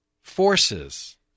forces